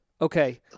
okay